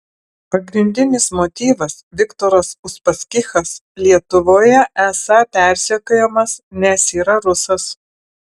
pagrindinis motyvas viktoras uspaskichas lietuvoje esą persekiojamas nes yra rusas